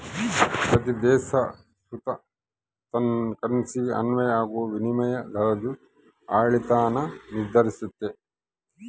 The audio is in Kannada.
ಪ್ರತೀ ದೇಶ ಸುತ ತನ್ ಕರೆನ್ಸಿಗೆ ಅನ್ವಯ ಆಗೋ ವಿನಿಮಯ ದರುದ್ ಆಡಳಿತಾನ ನಿರ್ಧರಿಸ್ತತೆ